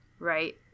right